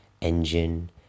engine